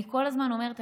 אני כל הזמן אומרת,